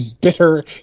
bitter